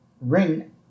ring